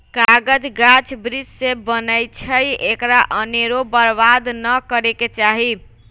कागज गाछ वृक्ष से बनै छइ एकरा अनेरो बर्बाद नऽ करे के चाहि